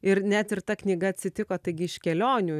ir net ir ta knyga atsitiko taigi iš kelionių